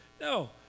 No